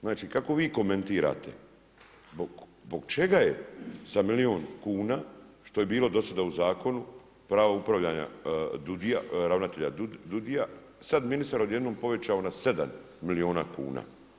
Znači kako vi komentirate, zbog čega je sa milijun kuna što je bilo do sada u zakonu pravo upravljanja ravnatelja DUUDI-a sada ministar odjednom povećao na 7 milijuna kuna?